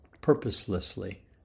purposelessly